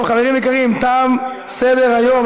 חברים יקרים, תם סדר-היום.